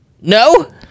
no